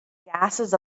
gases